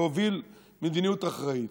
להוביל מדיניות אחראית.